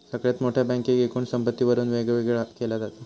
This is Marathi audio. सगळ्यात मोठ्या बँकेक एकूण संपत्तीवरून वेगवेगळा केला जाता